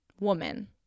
woman